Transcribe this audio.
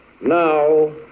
now